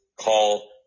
call